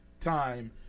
time